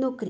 नोकरी